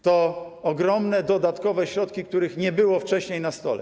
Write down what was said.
To ogromne dodatkowe środki, których nie było wcześniej na stole.